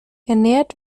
ernährt